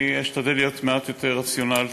אני אשתדל להיות מעט יותר רציונלי.